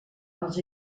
els